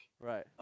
Right